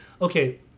okay